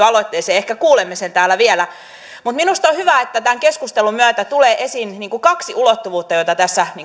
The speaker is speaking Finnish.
aloitteeseen ehkä kuulemme sen täällä vielä minusta on hyvä että tämän keskustelun myötä tulee esiin kaksi ulottuvuutta joita tässä